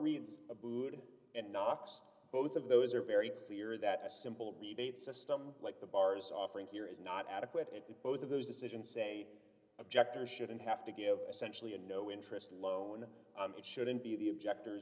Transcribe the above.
reads abood and knocks both of those are very clear that a simple rebate system like the bars offering here is not adequate and that both of those decisions say objectors shouldn't have to give essentially a no interest loan it shouldn't be the objector